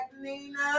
Nina